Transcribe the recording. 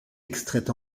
extraites